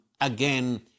again